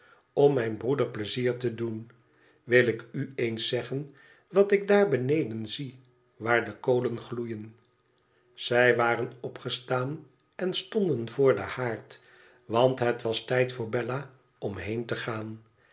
om mijn broeder pleizier te doen wil ik u eens zeggen wat ik daar beneden zie waar de kolen gloeien zij waren opgestaan en stonden voor den haard want het was tijd voor bella om heen te gaan